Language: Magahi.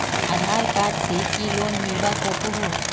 आधार कार्ड से की लोन मिलवा सकोहो?